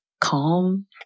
calm